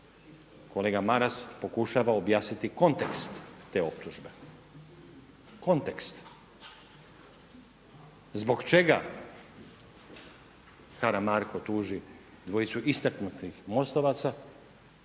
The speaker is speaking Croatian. Kolega Maras pokušava objasniti kontekst te optužbe, kontekst zbog čega Karamarko tuži dvojicu istaknutih MOST-ovaca